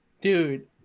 Dude